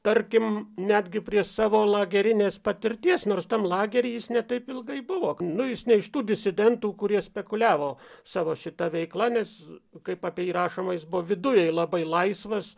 tarkim netgi prieš savo lagerinės patirties nors tam lagery jis ne taip ilgai buvo nu jis ne iš tų disidentų kurie spekuliavo savo šita veikla nes kaip apie jį rašoma jis buvo viduj labai laisvas